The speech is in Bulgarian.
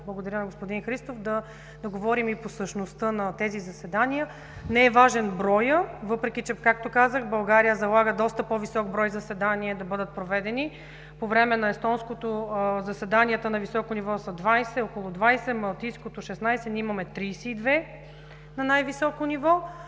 благодаря на господин Христов, да говорим и по същността на тези заседания. Не е важен броят, въпреки че, както казах, България залага доста по-висок брой заседания да бъдат проведени. По време на естонското председателство заседанията на високо ниво са около 20, на Малтийското – 16, ние имаме 32 на най-високо ниво.